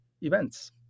events